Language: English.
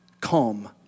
calm